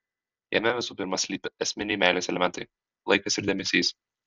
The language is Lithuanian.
jame visų pirma slypi esminiai meilės elementai laikas ir dėmesys